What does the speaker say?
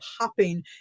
popping